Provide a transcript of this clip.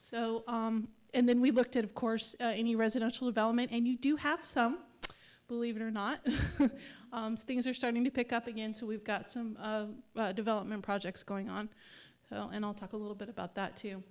so and then we looked at of course any residential development and you do have some believe it or not things are starting to pick up again so we've got some development projects going on and i'll talk a little bit about that to